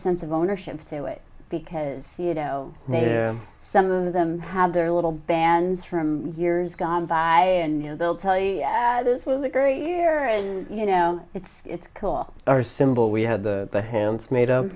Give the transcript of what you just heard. sense of ownership to it because you know maybe some of them have their little bands from years gone by and you know they'll tell you this was a great year and you know it's cool our symbol we had the hands made up